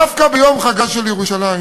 דווקא ביום חגה של ירושלים,